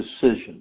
decision